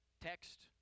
text